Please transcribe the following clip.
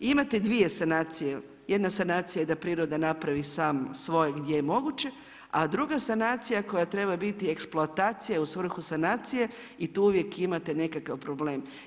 Imate dvije sanacije – jedna sanacija je da priroda napravi sam svoj gdje je moguće, a druga sanacija koja treba biti eksploatacija je u svrhu sanacije i tu uvijek imate nekakav problem.